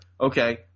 okay